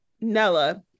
Nella